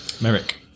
Merrick